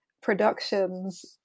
productions